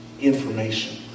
information